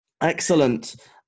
excellent